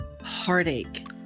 heartache